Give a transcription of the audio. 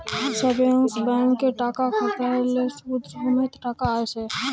savings ব্যাংকে টাকা খ্যাট্যাইলে সুদ সমেত টাকা আইসে